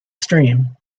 stream